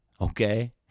okay